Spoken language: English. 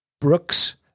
Brooks